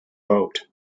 vote